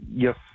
Yes